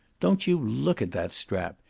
don't you look at that strap.